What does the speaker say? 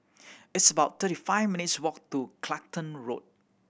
it's about thirty five minutes' walk to Clacton Road